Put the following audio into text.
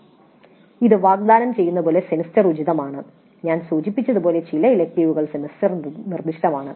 "ഇത് വാഗ്ദാനം ചെയ്യുന്ന സെമസ്റ്റർ ഉചിതമാണ്" ഞാൻ സൂചിപ്പിച്ചതുപോലെ ചില ഇലക്ടീവുകൾ സെമസ്റ്റർ നിർദ്ദിഷ്ടമാണ്